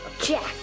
Jack